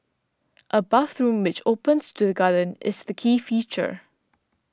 a bathroom which opens to the garden is the key feature